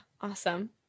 awesome